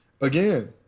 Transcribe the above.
Again